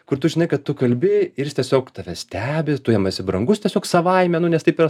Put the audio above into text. kur tu žinai kad tu kalbi ir jis tiesiog tave stebi tu jam esi brangus tiesiog savaime nu nes taip yra